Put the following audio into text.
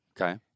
Okay